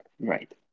Right